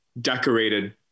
decorated